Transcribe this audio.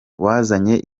wazanye